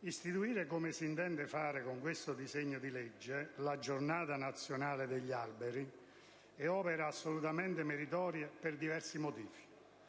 istituire, come si intende fare con questo disegno di legge, la «Giornata nazionale degli alberi» è opera assolutamente meritoria, per diversi motivi.